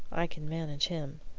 i can manage him.